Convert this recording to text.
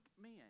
men